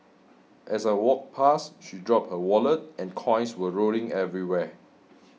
as I walked past she dropped her wallet and coins went rolling everywhere